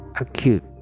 acute